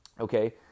okay